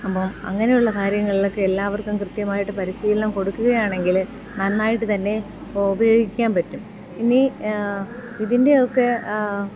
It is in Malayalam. അപ്പം അങ്ങനെയുള്ള കാര്യങ്ങളിലൊക്കെ എല്ലാവർക്കും കൃത്യമായിട്ട് പരിശീലനം കൊടുക്കുകയാണെങ്കിൽ നന്നായിട്ട് തന്നെ ഉപയോഗിക്കാൻ പറ്റും ഇനി ഇതിൻ്റെയൊക്കെ